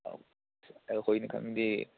ꯑꯩꯈꯣꯏꯅ ꯈꯟꯕꯗꯤ